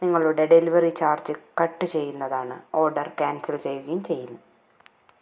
നിങ്ങളുടെ delivery charge cut ചെയ്യുന്നതാണ് order cancel ചെയ്യുകയും ചെയ്യുന്നു